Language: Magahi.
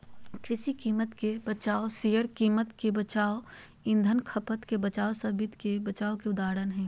कृषि कीमत के बचाव, शेयर कीमत के बचाव, ईंधन खपत के बचाव सब वित्त मे बचाव के उदाहरण हय